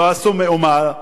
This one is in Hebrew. לא עשו מאומה,